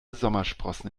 sommersprossen